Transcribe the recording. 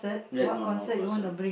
ya no no concert